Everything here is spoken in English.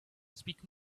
speak